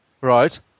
right